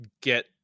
get